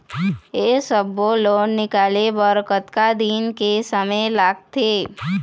ये सब्बो लोन निकाले बर कतका दिन के समय लगथे?